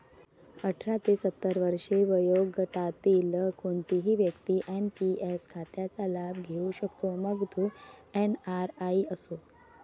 अठरा ते सत्तर वर्षे वयोगटातील कोणतीही व्यक्ती एन.पी.एस खात्याचा लाभ घेऊ शकते, मग तो एन.आर.आई असो